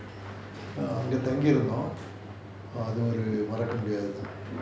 அங்க தங்கி இருந்தோம் அது மறக்க முடியாது:anga thangi irunthom athu maraka mudiyathu